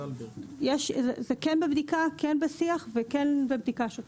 זה בבדיקה, כן בשיח וכן בבדיקה שוטפת.